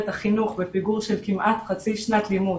החינוך בפיגור של כמעט חצי שנת לימוד,